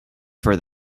for